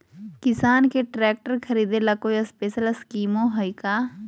किसान के ट्रैक्टर खरीदे ला कोई स्पेशल स्कीमो हइ का?